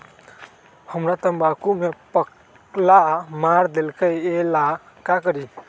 हमरा तंबाकू में पल्ला मार देलक ये ला का करी?